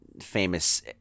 famous